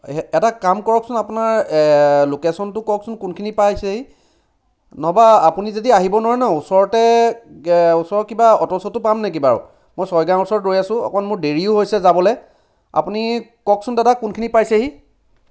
এটা কাম কৰকচোন আপোনাৰ এ লোকেশ্যনটো কওকচোন কোনখিনি পাইছেহি নহবা আপুনি যদি আহিব নোৱাৰে নহয় ওচৰতে ওচৰত কিবা অট' চট' পাম নেকি বাৰু মই ছয়গাঁৱৰ ওচৰত ৰৈ আছো অকণমান মোৰ দেৰিও হৈছে যাবলৈ আপুনি কওকচোন দাদা কোনখিনি পাইছেহি